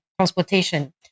transportation